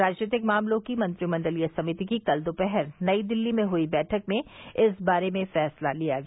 राजनीतिक मामलों की मंत्रिमंडलीय समिति की कल दोपहर नई दिल्ली में हुई बैठक में इस बारे में फैसला लिया गया